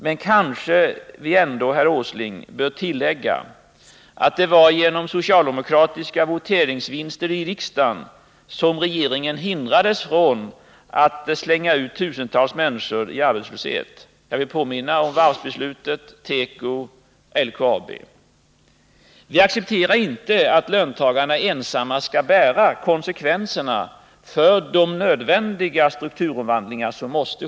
Men kanske vi ändå, herr Åsling, bör tillägga att det var genom socialdemokratiska voteringsvinster i riksdagen som regeringen hindrades från att slänga ut tusentals människor i en hård arbetslöshet. Jag vill påminna om varvsbeslutet, teko, LKAB. Vi accepterar inte att löntagarna ensamma skall bära konsekvenserna av de nödvändiga strukturomvandlingarna.